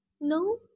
no